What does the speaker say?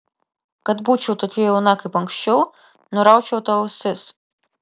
kad būčiau tokia jauna kaip anksčiau nuraučiau tau ausis